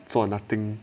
so I'm nothing